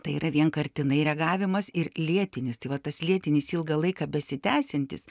tai yra vienkartinai reagavimas ir lėtinis tai va tas lėtinis ilgą laiką besitęsiantis